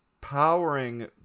powering